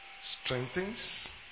strengthens